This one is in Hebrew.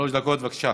תודה,